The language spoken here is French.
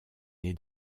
née